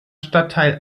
stadtteil